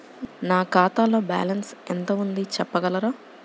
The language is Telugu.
నా ఖాతాలో బ్యాలన్స్ ఎంత ఉంది చెప్పగలరా?